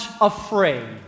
afraid